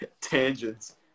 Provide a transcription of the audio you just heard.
tangents